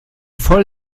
voll